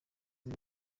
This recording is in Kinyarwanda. uyu